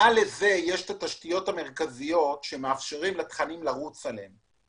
מעל לזה יש את התשתיות המרכזיות שמאפשרים לתכנים לרוץ עליהם.